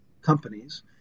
companies